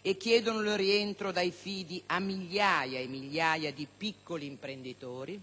e chiedono il rientro dai fidi a migliaia e migliaia di piccoli imprenditori?